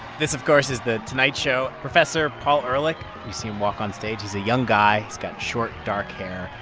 this, of course, is the tonight show. professor paul ehrlich you see him walk onstage. he's a young guy. he's got short, dark hair.